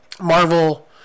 Marvel